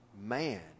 man